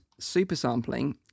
supersampling